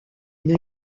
une